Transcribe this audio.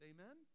Amen